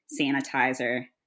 sanitizer